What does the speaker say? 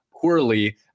poorly